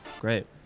Great